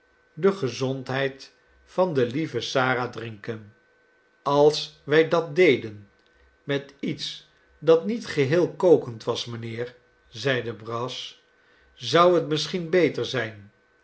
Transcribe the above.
de gezondheid van de lieve sara drinken als wij datdeden met iets dat niet geheel kokend was mijnheer zeide brass zou het misschien beter zijn